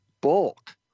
bulk